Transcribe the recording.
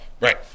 Right